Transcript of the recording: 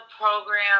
program